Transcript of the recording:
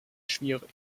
schwierig